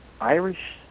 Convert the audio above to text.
Irish